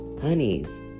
Honey's